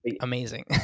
amazing